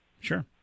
Sure